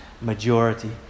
majority